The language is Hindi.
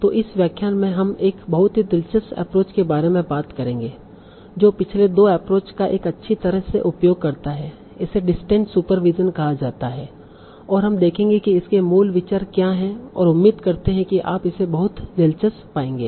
तो इस व्याख्यान में हम एक बहुत ही दिलचस्प एप्रोच के बारे में बात करेंगे जो पिछले 2 एप्रोच का अच्छी तरह से उपयोग करता है इसे डिस्टेंट सुपरविज़न कहा जाता है और हम देखेंगे कि इसके मूल विचार क्या है और उम्मीद करते है कि आप इसे बहुत दिलचस्प पाएंगे